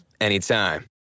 anytime